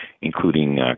including